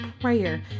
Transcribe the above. prayer